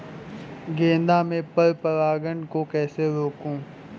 गेंदा में पर परागन को कैसे रोकुं?